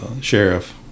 sheriff